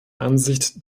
ansicht